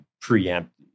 preempt